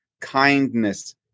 kindness